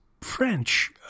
French